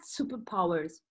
superpowers